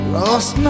lost